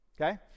okay